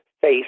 face